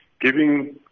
giving